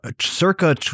Circa